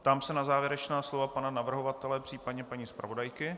Ptám se na závěrečná slova pana navrhovatele, případně paní zpravodajky.